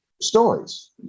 stories